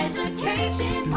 Education